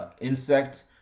insect